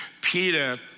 Peter